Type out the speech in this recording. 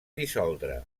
dissoldre